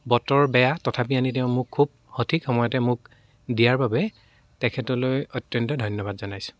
বতৰ বেয়া তথাপি আনি তেওঁ মোক খুব সঠিক সময়তে মোক দিয়াৰ বাবে তেখেতলৈ অত্য়ন্ত ধন্য়বাদ জনাইছোঁ